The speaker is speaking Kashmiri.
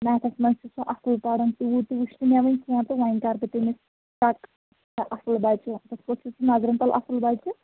میتھَس منٛز چھُ سُہ اَصٕل پَران تیوٗت تہِ وٕچھ نہٕ وٕنۍ مےٚ کیٚنٛہہ تہٕ وۄنۍ کَرٕ بہٕ تٔمِس چٮ۪ک اَصٕل بَچہٕ سُہ نظرَن تَل اَصٕل بَچہٕ